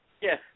Yes